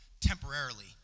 temporarily